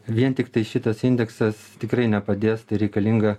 vien tiktai šitas indeksas tikrai nepadės tai reikalinga